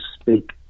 speak